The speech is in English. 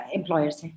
employers